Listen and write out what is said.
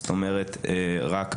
זאת אומרת רק בשבת,